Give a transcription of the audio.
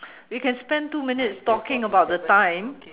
we can spend two minutes talking about the time